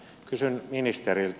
kysyn ministeriltä